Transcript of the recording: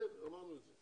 כן, אמרנו את זה.